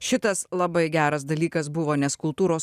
šitas labai geras dalykas buvo nes kultūros